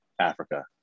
Africa